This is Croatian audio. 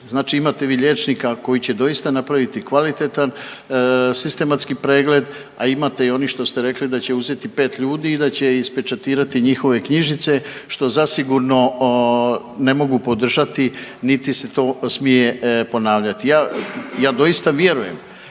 Znači imate vi liječnika koji će doista napraviti kvalitetan sistematski pregled, a imate i onih što ste rekli da će uzeti pet ljudi i da će ispečatirati njihove knjižice što zasigurno ne mogu podržati niti se to smije ponavljati. Ja doista vjerujem